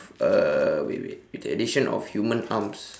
uh wait wait with the addition of human arms